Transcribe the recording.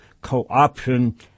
co-option